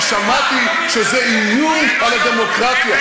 כי שמעתי שזה איום על הדמוקרטיה.